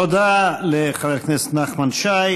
תודה לחבר הכנסת נחמן שי.